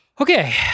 okay